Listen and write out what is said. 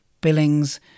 Billings